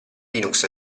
linux